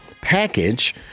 package